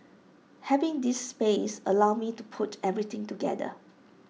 having this space allowed me to put everything together